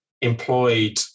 employed